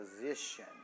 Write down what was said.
position